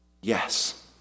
yes